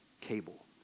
cable